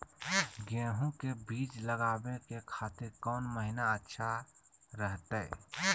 गेहूं के बीज लगावे के खातिर कौन महीना अच्छा रहतय?